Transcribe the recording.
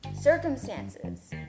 circumstances